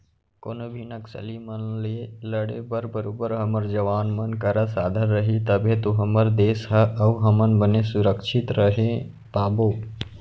कोनो भी नक्सली मन ले लड़े बर बरोबर हमर जवान मन करा साधन रही तभे तो हमर देस अउ हमन बने सुरक्छित रहें पाबो